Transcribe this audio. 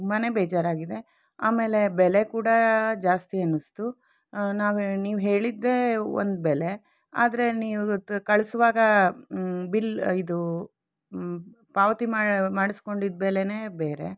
ತುಂಬಾ ಬೇಜಾರಾಗಿದೆ ಆಮೇಲೆ ಬೆಲೆ ಕೂಡ ಜಾಸ್ತಿ ಅನ್ನಿಸ್ತು ನಾವು ನೀವು ಹೇಳಿದ್ದೇ ಒಂದು ಬೆಲೆ ಆದರೆ ನೀವು ಕಳಿಸುವಾಗ ಬಿಲ್ ಇದು ಪಾವತಿ ಮಾಡ್ಸ್ಕೊಂಡಿದ್ದ ಬೆಲೆಯೇ ಬೇರೆ